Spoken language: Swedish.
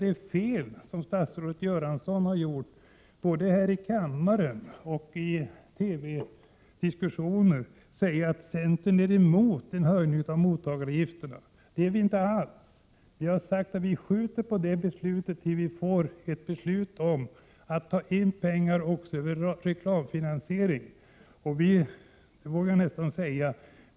Det är fel av statsrådet Göransson att säga både här i kammaren och i TV-diskussioner att centern är emot en höjning av mottagaravgifterna. Det är vi inte alls. Vi vill skjuta upp beslutet till dess vi får ett beslut om att ta in pengar också genom reklamfinansiering.